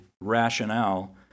rationale